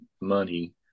money